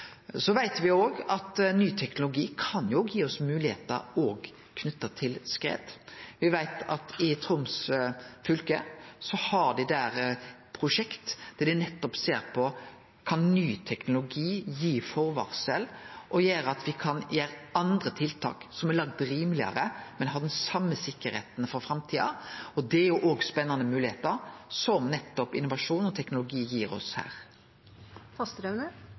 Så veit me også at ny teknologi kan gi oss moglegheiter i samband med skred. Me veit at i Troms fylke har dei eit prosjekt der dei ser på om ny teknologi kan gi eit forvarsel som gjer at me kan gjere andre tiltak som er langt rimelegare, men som har den same sikkerheita for framtida. Det er spennande moglegheiter som innovasjon og teknologi gir oss